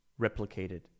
replicated